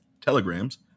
telegrams